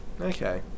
Okay